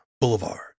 Boulevard